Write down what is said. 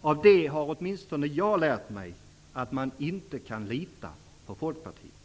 Av detta har åtminstone jag lärt mig att man inte kan lita på Folkpartiet.